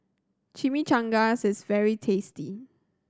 chimichangas is very tasty